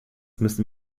müssen